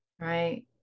right